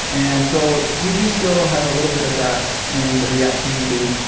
and so we do still have a little bit of that in the react community.